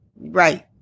Right